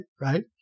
right